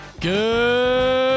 good